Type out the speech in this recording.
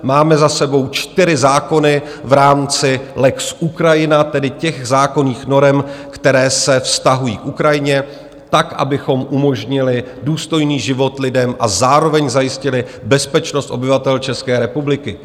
Máme za sebou čtyři zákony v rámci lex Ukrajina, tedy těch zákonných norem, které se vztahují k Ukrajině, tak abychom umožnili důstojný život lidem a zároveň zajistili bezpečnost obyvatel České republiky.